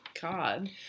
God